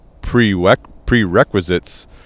prerequisites